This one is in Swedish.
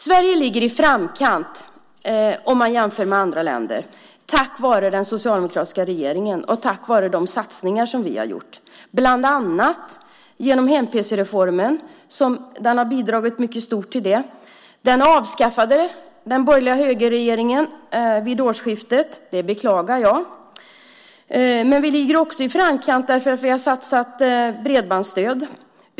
Sverige ligger i framkant jämfört med andra länder tack vare den socialdemokratiska regeringen och tack vare de satsningar som vi har gjort bland annat genom att mycket stort bidra till hem-pc-reformen. Den avskaffade den borgerliga högerregeringen vid årsskiftet. Det beklagar jag. Vi ligger också i framkant därför att vi har satsat på bredbandsstöd.